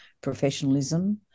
professionalism